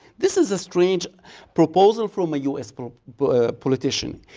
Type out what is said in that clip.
this is a strange proposal from a us but but politician.